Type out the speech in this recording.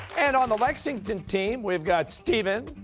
and on the lexington team, we've got stephen,